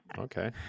okay